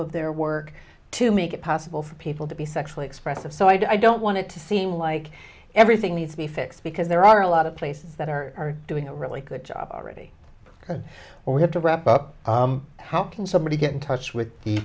of their work to make it possible for people to be sexually expressive so i don't want it to seem like everything needs to be fixed because there are a lot of places that are doing a really good job already because we have to wrap up how can somebody get in touch with the